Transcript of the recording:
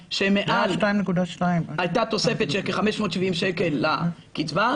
לאלה שמעל הייתה תוספת של כ-570 שקל לקצבה,